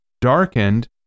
darkened